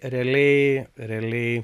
realiai realiai